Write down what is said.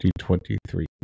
2023